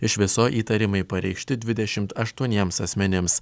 iš viso įtarimai pareikšti dvidešimt aštuoniems asmenims